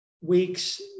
weeks